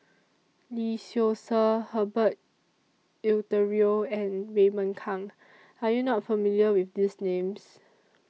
Lee Seow Ser Herbert Eleuterio and Raymond Kang Are YOU not familiar with These Names